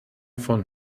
von